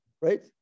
right